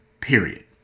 period